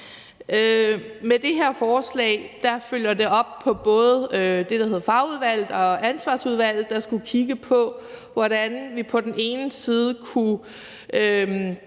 Med det her forslag bliver der fulgt op på både det, der hedder Fagudvalget og Ansvarsudvalget, som skulle kigge på, hvordan vi på den ene side kunne